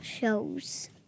shows